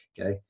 okay